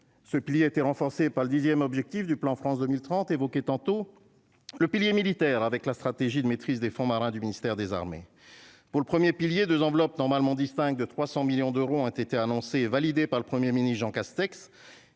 se plier été renforcée par le dixième objectif du plan France 2030 évoquer tantôt le pilier militaire avec la stratégie de maîtrise des fonds marins du ministère des Armées pour le 1er pilier 2 enveloppes normalement, distincte de 300 millions d'euros ont été annoncées, validé par le 1er ministre Jean Castex,